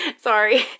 sorry